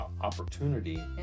opportunity